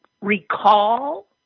recall